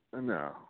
no